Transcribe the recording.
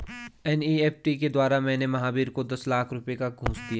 NEFT के द्वारा मैंने महावीर को दस लाख रुपए का घूंस दिया